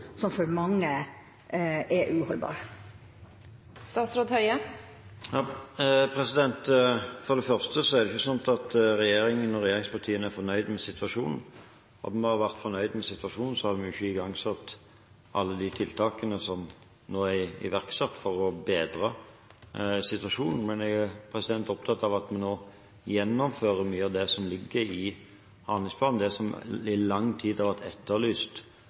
som for mange er uholdbar? For det første er det ikke slik at regjeringen og regjeringspartiene er fornøyd med situasjonen. Om vi hadde vært fornøyd med situasjonen, hadde vi ikke igangsatt alle de tiltakene som nå er iverksatt for å bedre situasjonen. Men vi er opptatt av at vi nå gjennomfører mye av det som ligger i handlingsplanen, og som gjelder det som i lang tid har vært etterlyst